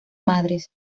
madres